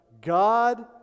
God